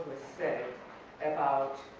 said about